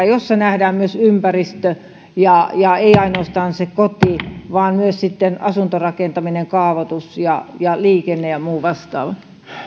jossa nähdään myös ympäristö ei ainoastaan se koti vaan myös asuntorakentaminen kaavoitus liikenne ja muu vastaava